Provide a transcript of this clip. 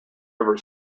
ever